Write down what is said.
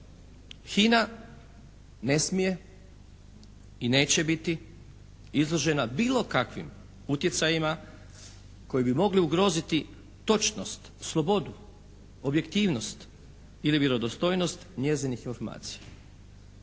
HINA ne smije i neće biti izložena bilo kakvim utjecajima koji bi mogli ugroziti točnost, slobodu, objektivnost ili vjerodostojnost njezinih informacija.